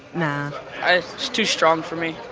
nah it's too strong for me,